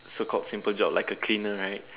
so called simple job like a cleaner right